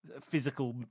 physical